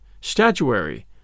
statuary